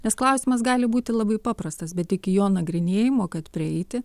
nes klausimas gali būti labai paprastas bet iki jo nagrinėjimo kad prieiti